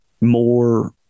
more